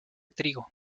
trigo